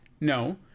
no